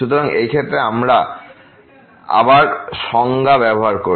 সুতরাং এই ক্ষেত্রে আবার আমরা সংজ্ঞা ব্যবহার করি